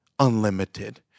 Unlimited